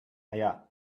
allà